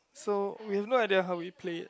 so we have no idea how we play it